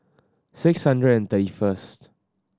six hundred and thirty first